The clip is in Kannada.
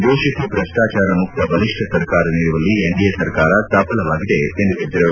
ದೇಶಕ್ಕೆ ಭಷ್ಟಾಚಾರ ಮುಕ್ತ ಬಲಿಷ್ಠ ಸರ್ಕಾರ ನೀಡುವಲ್ಲಿ ಎನ್ಡಿಎ ಸರ್ಕಾರ ಸಫಲವಾಗಿದೆ ಎಂದು ಪೇಳಿದರು